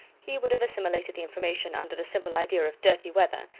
he would have assimilated the information under the simple idea of dirty weather,